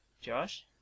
Josh